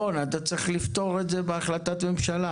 רון, אתה צריך לפתור את זה בהחלטת ממשלה.